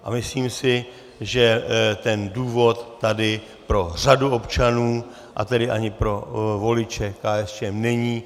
A myslím si, že ten důvod tady pro řadu občanů, a tedy ani pro voliče KSČM není.